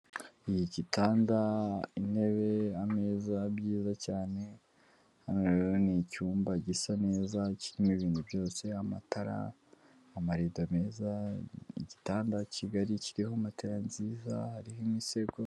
Ni gitanda, intebe, ameza byiza cyane, hano rero ni icyumba gisa neza kirimo ibintu byose amatara, amarido meza, igitanda kigari kiriho matera nziza, hariho imisego.